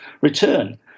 return